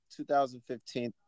2015